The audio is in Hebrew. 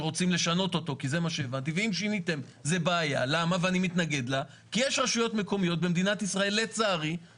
השאלה אם יש היתר בניה או אין לחובת הארנונה ויש על זה